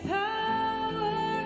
power